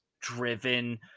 driven